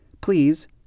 please